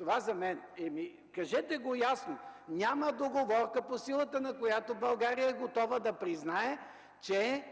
ИВАН КОСТОВ: Ами, кажете го ясно – няма договорка, по силата на която България е готова да признае, че